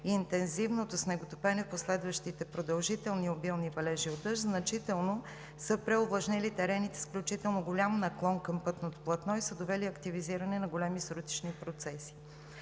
интензивното снеготопене, последващите продължителни и обилни валежи от дъжд значително са преовлажнили терен, включително с голям наклон към пътното платно, и са довели до активизиране на големи срутищни процеси.